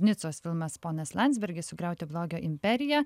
nicos filmas ponas landsbergis sugriauti blogio imperiją